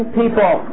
people